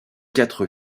quatre